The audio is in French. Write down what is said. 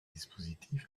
dispositif